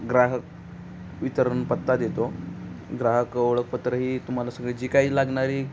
ग्राहक वितरण पत्ता देतो ग्राहक ओळखपत्र ही तुम्हाला सगळे जी काही लागणारी